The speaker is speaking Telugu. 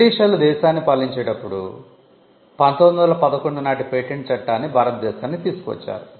బ్రిటీషర్లు దేశాన్ని పాలించేటప్పుడు 1911 నాటి పేటెంట్ చట్టాన్నిభారత దేశానికి తీసుకువచ్చారు